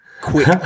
quick